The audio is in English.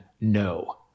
No